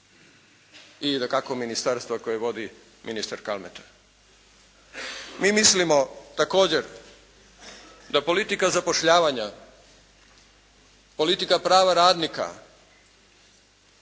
i dakako ministarstva koje vodi ministar Kalmeta. Mi mislimo također da politika zapošljavanja, politika prava radnika